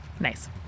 Nice